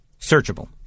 searchable